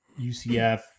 UCF